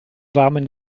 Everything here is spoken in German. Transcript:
warmen